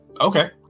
okay